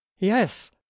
Yes